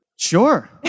Sure